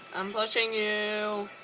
i'm pushing you!